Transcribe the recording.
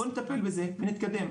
בוא נטפל בזה ונתקדם,